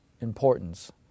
importance